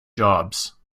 jobs